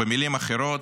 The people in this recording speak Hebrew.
במילים אחרות: